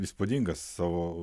įspūdingas savo